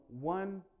one